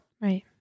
Right